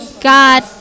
God